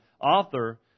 author